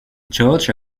george